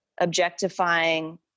objectifying